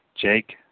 Jake